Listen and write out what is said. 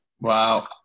Wow